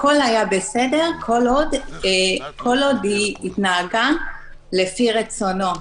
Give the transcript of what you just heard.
הכול היה בסדר כל עוד היא התנהגה לפי רצונו,